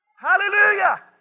Hallelujah